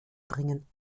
bringen